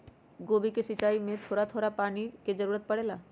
गोभी के सिचाई में का थोड़ा थोड़ा पानी के जरूरत परे ला?